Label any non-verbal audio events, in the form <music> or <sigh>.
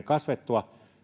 <unintelligible> kasvettua